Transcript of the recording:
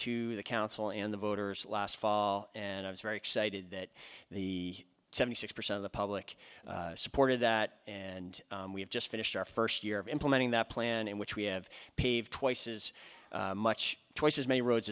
to the council and the voters and i was very excited that the seventy six percent of the public supported that and we have just finished our first year of implementing that plan in which we have paved twice as much twice as many roads